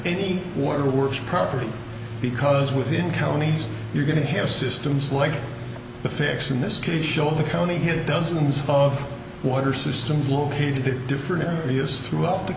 any waterworks property because within counties you're going to have systems like the fix in this case show the county hit dozens of water systems located different areas throughout the